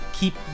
keep